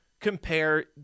compare